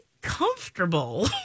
comfortable